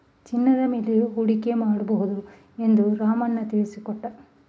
ಚಿನ್ನದ ಮೇಲೆಯೂ ಹೂಡಿಕೆ ಮಾಡಬಹುದು ಎಂದು ರಾಮಣ್ಣ ತಿಳಿಸಿಕೊಟ್ಟ